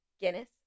Guinness